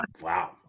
Wow